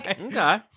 Okay